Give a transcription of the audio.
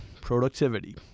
productivity